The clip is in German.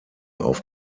auf